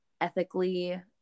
ethically